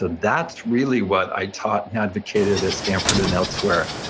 that's really what i taught and advocated at stanford and elsewhere.